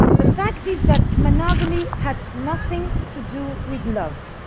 the fact is that monogamy had nothing to do with love.